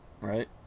right